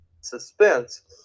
suspense